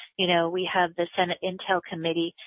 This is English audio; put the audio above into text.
you know, we have the senate intel committee.